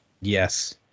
Yes